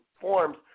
forms